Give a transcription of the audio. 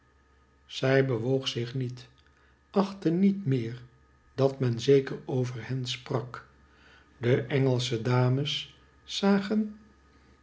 zij bewoog zich niet achtte niet meer dat men zeker over hen sprak de engelsche dames zagen